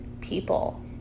people